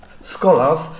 Scholars